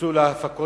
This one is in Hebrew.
יוקצו להפקות